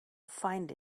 find